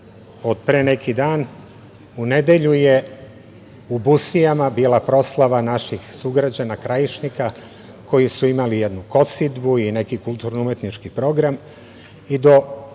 od pre neki dan. U nedelju je u Busijama bila proslava naših sugrađana Krajišnika, koji su imali jednu kosidbu i neki kulturno-umetnički program.